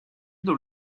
dans